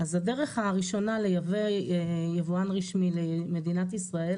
אז הדרך הראשונה לייבא יבוא רשמי למדינת ישראל